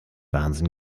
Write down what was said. wahnsinn